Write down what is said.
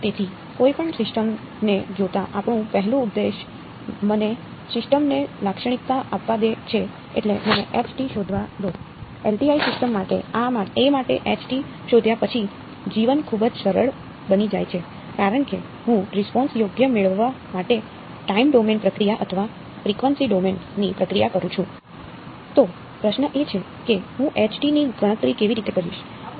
તેથી કોઈપણ સિસ્ટમ ને જોતાં આપણું પહેલું ઉદ્દેશ મને સિસ્ટમ ને લાક્ષણિકતા આપવા દે છે એટલે મને h ની ગણતરી કેવી રીતે કરીશ